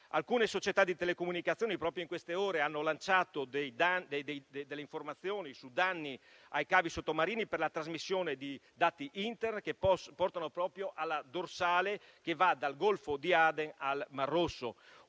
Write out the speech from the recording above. Alcune società di telecomunicazioni proprio in queste ore hanno lanciato delle informazioni sui danni ai cavi sottomarini per la trasmissione di dati Internet, che portano proprio alla dorsale che va dal Golfo di Aden al Mar Rosso;